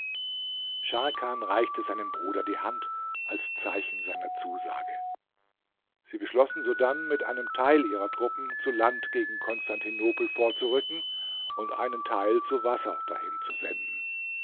scharkan reichte seinem bruder die hand als zeichen seiner zusage sie beschlossen sodann mit einem teil ihrer truppen zu land gegen konstantinopel vorzurücken und einen teil zu wasser dahin zu senden